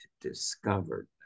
discovered